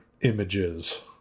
images